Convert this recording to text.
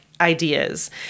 ideas